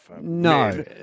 No